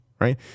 right